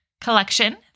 collection